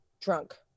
drunk